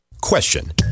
Question